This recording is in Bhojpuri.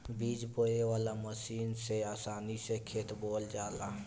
बीज बोवे वाला मशीन से आसानी से खेत बोवा जाला